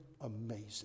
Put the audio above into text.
amazing